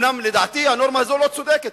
אומנם לדעתי הנורמה הזאת לא צודקת,